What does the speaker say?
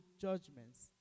judgments